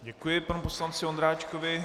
Děkuji panu poslanci Ondráčkovi.